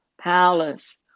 palace